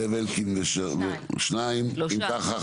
שלושה.